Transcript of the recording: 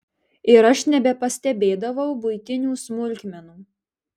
ir aš nebepastebėdavau buitinių smulkmenų